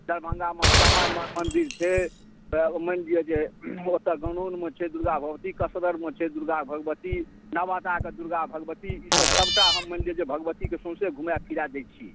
दरभङ्गामे श्यामा माइ मन्दिर छै तऽ ओ मानि लिअ जे ओतऽ गनौनमे छै दुर्गा भगवती कसररमे छै दुर्गा भगवती नवादा कऽ दुर्गा भगवती ई सभ सभटा हम मानि लेल जे भगवती कऽ सौसे घुमाय फिराय दै छी